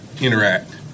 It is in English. interact